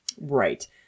right